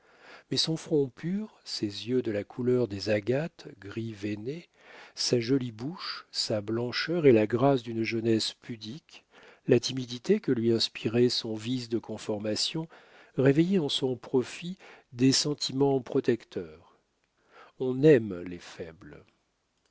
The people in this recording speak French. mais son front pur ses yeux de la couleur des agates gris veiné sa jolie bouche sa blancheur et la grâce d'une jeunesse pudique la timidité que lui inspirait son vice de conformation réveillaient à son profit des sentiments protecteurs on aime les faibles